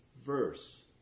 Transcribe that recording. verse